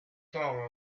trovano